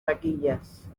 taquillas